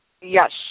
Yes